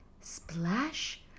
splash